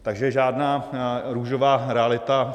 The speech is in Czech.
Takže žádná růžová realita.